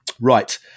right